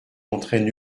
montraient